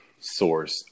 source